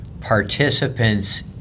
participants